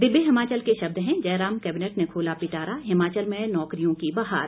दिव्य हिमाचल के शब्द हैं जयराम कैबिनेट ने खोला पिटारा हिमाचल में नौकरियों की बहार